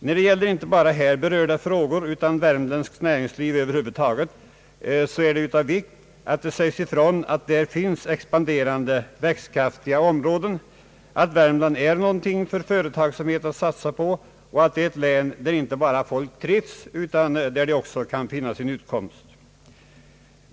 När det gäller inte bara här berörda frågor utan värmländskt näringsliv över huvud taget är det av vikt att det sägs ifrån att där finns expanderande, växtkraftiga områden, att Värmland är någonting för företagsamheten att satsa på och att det är ett län där inte bara folk trivs utan där de också kan finna sin utkomst.